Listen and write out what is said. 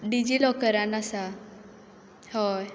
डिजी लॉकरान आसा हय